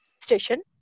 station